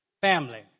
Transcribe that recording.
family